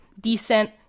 decent